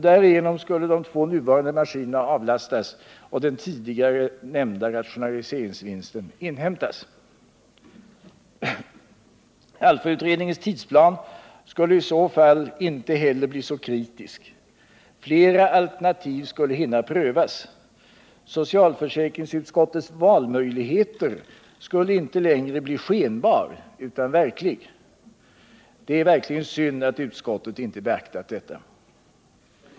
Därigenom skulle de två nuvarande maskinerna avlastas och den tidigare nämnda rationaliseringsvinsten inhämtas. ALLFA-utredningens tidsplan skulle i så fall inte heller bli så kritisk. Flera alternativ skulle hinna prövas. Socialförsäkringsutskottets valmöjligheter skulle inte längre bli skenbara, utan verkliga. Det är synd att utskottet inte beaktat detta.